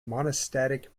monastic